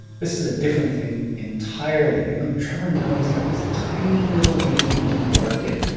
this is a different thing entirely. i mean trevor noah's got this tiny little lane that he can work in.